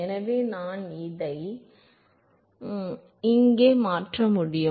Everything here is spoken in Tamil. எனவே நான் அதை இங்கே மாற்ற முடியும்